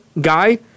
guy